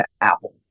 Apple